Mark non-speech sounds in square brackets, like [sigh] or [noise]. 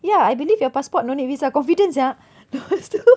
ya I believe your passport no need visa confident sia lepas tu [noise]